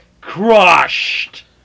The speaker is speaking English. crushed